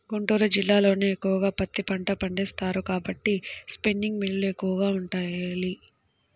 గుంటూరు జిల్లాలోనే ఎక్కువగా పత్తి పంట పండిస్తారు కాబట్టి స్పిన్నింగ్ మిల్లులు ఎక్కువగా ఉండాలి